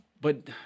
But-